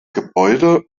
gebäude